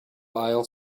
aisle